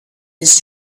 his